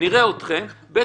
ב.